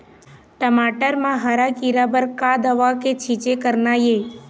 टमाटर म हरा किरा बर का दवा के छींचे करना ये?